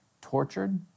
tortured